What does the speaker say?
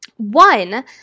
One